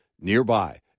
nearby